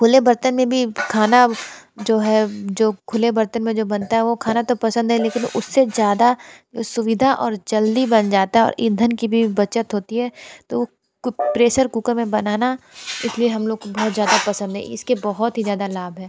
खुले बर्तन में भी खाना जो है जो खुले बर्तन में जो बनता है वह खाना तो पसंद है लेकिन उससे ज़्यादा सुविधा और जल्दी बन जाता है और ईंधन की भी बचत होती है तो वह प्रेशर कुकर में बनाना इसलिए हम लोग बहुत ज़्यादा पसंद है इसके बहुत ही ज़्यादा लाभ है